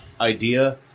idea